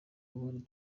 ubundi